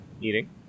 Eating